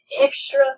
extra